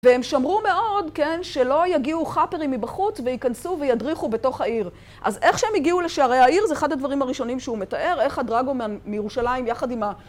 והם שמרו מאוד, כן, שלא יגיעו חפרים מבחוץ וייכנסו וידריכו בתוך העיר. אז איך שהם הגיעו לשערי העיר זה אחד הדברים הראשונים שהוא מתאר, איך הדרגומן מירושלים יחד עם ה...